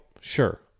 sure